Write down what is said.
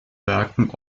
werken